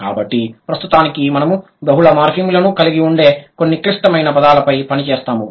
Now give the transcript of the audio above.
కాబట్టి ప్రస్తుతానికి మనము బహుళ మార్ఫిమ్లను కలిగి ఉండే కొన్ని క్లిష్టమైన పదాలపై పని చేస్తాము